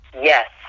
Yes